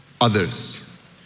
others